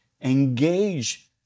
engage